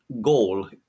goal